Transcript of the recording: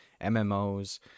MMOs